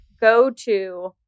go-to